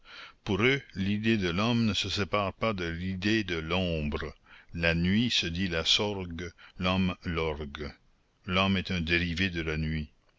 pour eux l'idée de l'homme ne se sépare pas de l'idée de l'ombre la nuit se dit la sorgue l'homme l'orgue l'homme est un dérivé de la nuit